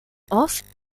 oft